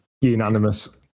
unanimous